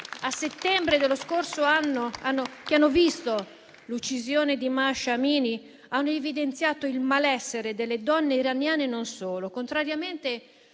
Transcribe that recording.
a settembre dello scorso anno, che hanno visto l'uccisione di Mahsa Amini, hanno evidenziato il malessere delle donne iraniane e non solo. Contrariamente